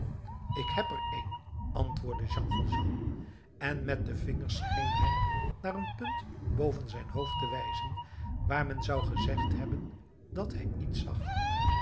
ik heb er een antwoordde jean valjean en met den vinger scheen hij naar een punt boven zijn hoofd te wijzen waar men zou gezegd hebben dat hij iets zag